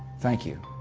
thank you.